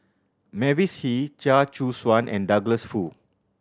Mavis Hee Chia Choo Suan and Douglas Foo